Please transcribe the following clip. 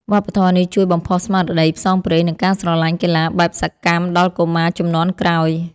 វប្បធម៌នេះជួយបំផុសស្មារតីផ្សងព្រេង និងការស្រឡាញ់កីឡាបែបសកម្មដល់កុមារជំនាន់ក្រោយ។